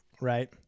right